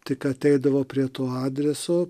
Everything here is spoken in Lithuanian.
tik ateidavo prie to adreso